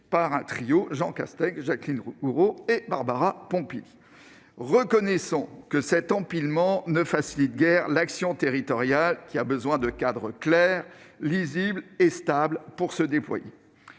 forment Jean Castex, Jacqueline Gourault et Barbara Pompili. Reconnaissons que cet empilement ne facilite guère l'action territoriale, qui a besoin de cadres clairs, lisibles et stables pour se déployer